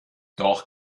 doch